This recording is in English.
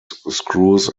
screws